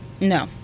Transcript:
No